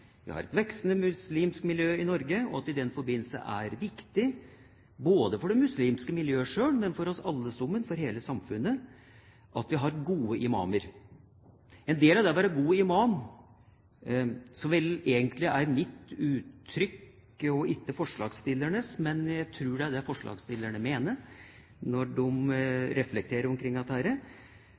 muslimsk miljø i Norge, og at det i den forbindelse er viktig både for det muslimske miljøet selv og for oss alle sammen, for hele samfunnet, at vi har gode imamer. En del av det å være god imam – som vel egentlig er mitt uttrykk og ikke forslagsstillernes, men jeg tror det er det forslagsstillerne mener når de reflekterer omkring dette